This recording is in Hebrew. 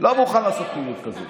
לא מוכן לעשות פעילות כזאת,